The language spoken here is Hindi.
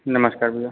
नमस्कार भैया